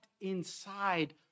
inside